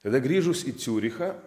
tada grįžus į ciurichą